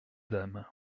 dame